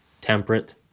temperate